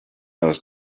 was